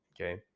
okay